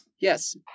Yes